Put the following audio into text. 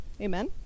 amen